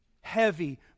heavy